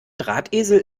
drahtesel